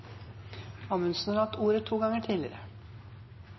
Amundsen har hatt ordet to ganger tidligere